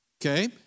Okay